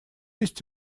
есть